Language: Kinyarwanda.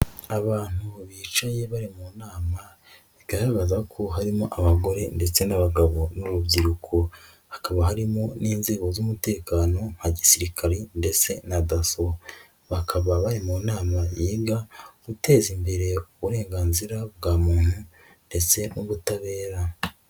Abantu bicaye bari mu nama, bigaragaza ko harimo abagore ndetse n'abagabo n'urubyiruko, hakaba harimo n'inzego z'umutekano nka gisirikare ndetse na Dasso. Bakaba bari mu nama yiga guteza imbere uburenganzira bwa muntu ndetse n'ubutabera.